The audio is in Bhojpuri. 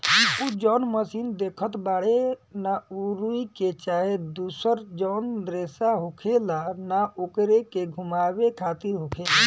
उ जौन मशीन देखत बाड़े न उ रुई के चाहे दुसर जौन रेसा होखेला न ओकरे के घुमावे खातिर होखेला